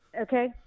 Okay